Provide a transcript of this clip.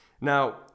Now